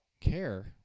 care